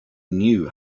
knew